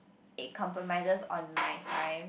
it compromises on my time